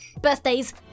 birthdays